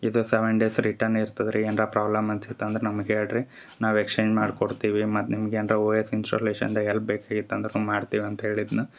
ಇದು seven days return ಇರ್ತದೆ ರೀ ಏನ್ರ ಪ್ರಾಬ್ಲಮ್ ಅನ್ಸಿತ್ತು ಅಂದ್ರೆ ನಮಗೆ ಹೇಳ್ರಿ ನಾವು ಎಕ್ಸ್ಚೇಂಜ್ ಮಾಡ್ಕೊಡ್ತೀವಿ ಮತ್ತು ನಿಮ್ಗ ಏನ್ರ ಒ ಎಸ್ ಇನ್ಸುರ್ಲೆಶನ್ದಾಗ ಎಲ್ಪ್ ಬೇಕಾಗಿತ್ತು ಅಂದ್ರೆ ನಾವು ಮಾಡ್ತೀವಿ ಅಂತ ಹೇಳಿದ್ನ